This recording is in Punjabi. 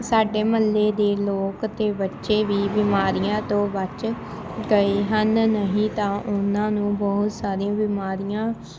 ਸਾਡੇ ਮੁਹੱਲੇ ਦੇ ਲੋਕ ਅਤੇ ਬੱਚੇ ਵੀ ਬਿਮਾਰੀਆਂ ਤੋਂ ਬਚ ਗਏ ਹਨ ਨਹੀਂ ਤਾਂ ਉਹਨਾਂ ਨੂੰ ਬਹੁਤ ਸਾਰੀਆਂ ਬਿਮਾਰੀਆਂ